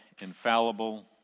infallible